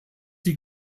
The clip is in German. sie